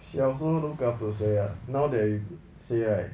ya who look up to 谁 right now they say right